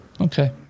Okay